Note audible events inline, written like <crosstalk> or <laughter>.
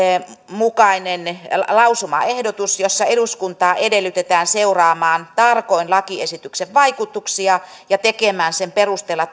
mukainen lausumaehdotus jossa eduskuntaa edellytetään seuraamaan tarkoin lakiesityksen vaikutuksia ja tekemään sen perusteella <unintelligible>